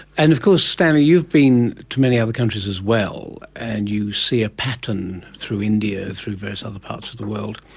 and of course, stanley, you've been to many other countries as well, and you see a pattern through india, through various other parts of the world.